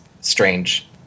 strange